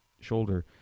shoulder